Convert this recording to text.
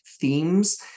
Themes